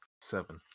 seven